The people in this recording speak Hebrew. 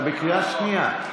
אתה בקריאה שנייה.